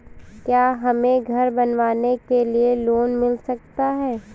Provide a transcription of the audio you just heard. क्या हमें घर बनवाने के लिए लोन मिल सकता है?